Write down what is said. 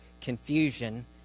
confusion